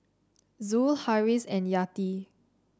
Zul Harris and Yati